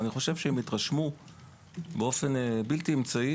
אני חושב שהם התרשמו באופן בלתי אמצעי